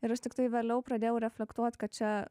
ir aš tiktai vėliau pradėjau reflektuot kad čia